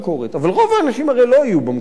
אבל רוב האנשים הרי לא יהיו במקומות האלה,